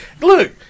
look